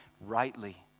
rightly